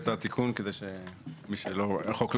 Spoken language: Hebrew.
אגורות עבור כל שקית שהוא מציע לצרכן.